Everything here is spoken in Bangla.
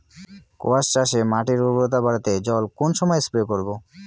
কোয়াস চাষে মাটির উর্বরতা বাড়াতে কোন সময় জল স্প্রে করব?